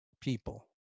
people